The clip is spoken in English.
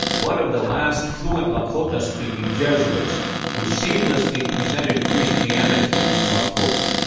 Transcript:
one of the last fluent lakota-speaking jesuits who seamlessly presented christianity in lakota.